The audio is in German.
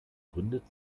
gründet